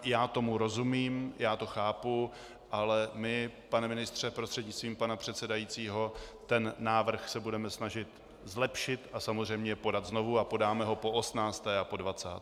Já tomu rozumím, já to chápu, ale my, pane ministře prostřednictvím pana předsedajícího, ten návrh se budeme snažit zlepšit a samozřejmě podat znovu a podáme ho poosmnácté a podvacáté.